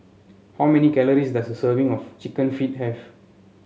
how many calories does a serving of chicken feet have